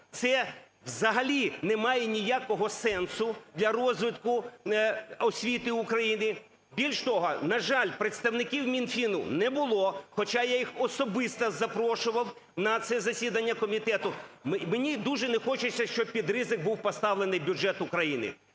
це взагалі немає ніякого сенсу для розвитку освіти України. Більш того, на жаль, представників Мінфіну не було, хоча я їх особисто запрошував на це засідання комітету. Мені дуже не хочеться, щоб під ризик був поставлений бюджет України,